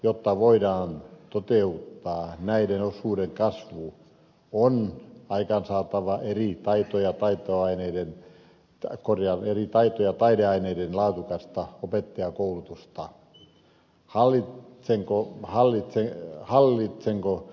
jotta voidaan toteuttaa näiden osuuden kasvu on aikaansaatava eri taito ja taideaineiden laadukasta opettajankoulutusta halli seisoo hallitsee alli sanoo